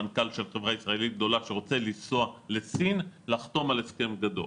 מנכ"ל של חברה ישראלית גדולה שרוצה לנסוע לסין לחתום על הסכם גדול.